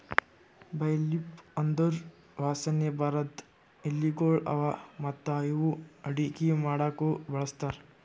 ಬೇ ಲೀಫ್ ಅಂದುರ್ ವಾಸನೆ ಬರದ್ ಎಲಿಗೊಳ್ ಅವಾ ಮತ್ತ ಇವು ಅಡುಗಿ ಮಾಡಾಕು ಬಳಸ್ತಾರ್